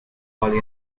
hall